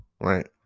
right